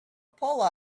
pull